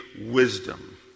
wisdom